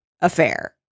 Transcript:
affair